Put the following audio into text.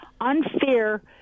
unfair